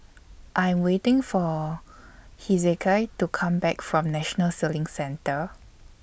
I'm waiting For Hezekiah to Come Back from National Sailing Centre